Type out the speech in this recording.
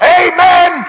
amen